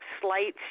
slight